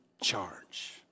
charge